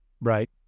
right